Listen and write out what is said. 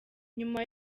nyuma